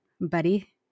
Buddy